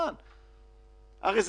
חלק מזה הוא יצטרך לתת בזמן.